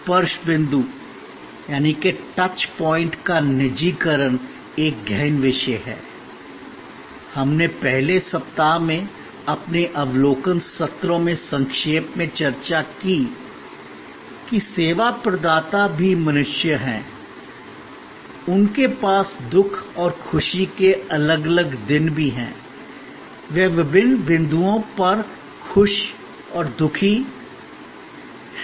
स्पर्श बिंदु का निजीकरण एक गहन विषय है हमने पहले सप्ताह में अपने अवलोकन सत्रों में संक्षेप में चर्चा की कि सेवा प्रदाता भी मनुष्य हैं उनके पास दुख और खुशी के अलग अलग दिन भी हैं वे विभिन्न बिंदुओं पर खुश और दुखी हैं